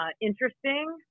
interesting